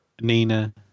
Nina